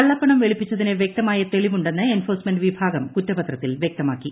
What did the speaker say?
കള്ളപ്പണം വെളുപ്പിച്ചതിന് വൃക്തമായ തെളിവുണ്ടെന്ന് എൻഫോഴ്സ്മെന്റ് വിഭാഗം കുറ്റപത്രത്തിൽ വൃക്തമാക്കി